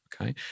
Okay